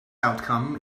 outcome